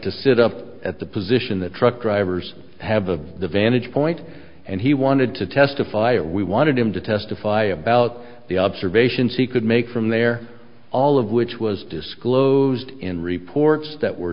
to sit up at the position that truck drivers have a vantage point and he wanted to testify we wanted him to testify about the observations he could make from there all of which was disclosed in reports that were